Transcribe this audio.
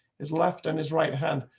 his left and his right hand,